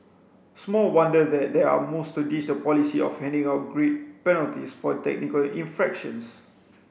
small wonder that there are moves to ditch the policy of handing out grid penalties for technical infractions